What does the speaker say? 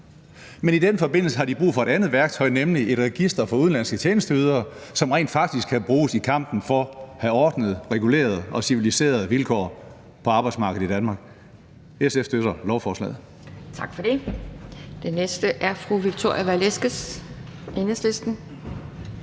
men i den forbindelse har de brug for et andet værktøj, nemlig et register for udenlandske tjenesteydere, som rent faktisk kan bruges i kampen for at have ordnede, regulerede og civiliserede vilkår på arbejdsmarkedet i Danmark. SF støtter lovforslaget.